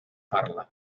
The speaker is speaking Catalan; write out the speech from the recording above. parla